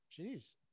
jeez